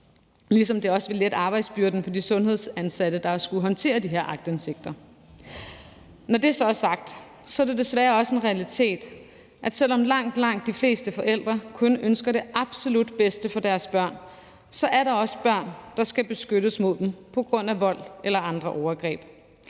ligesom det også vil lette arbejdsbyrden for de sundhedsansatte, der har skullet håndtere de her aktindsigter. Når det så er sagt, er det desværre også en realitet, at selv om langt, langt de fleste forældre kun ønsker det absolut bedste for deres børn, så er der også børn, der skal beskyttes mod dem på grund af vold eller andre overgreb.